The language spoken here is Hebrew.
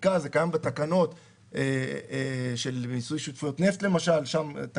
כמו שתיאר קודם פרופ' בנשלום, זה אחד